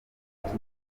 ndoto